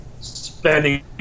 spending